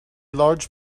large